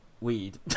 Weed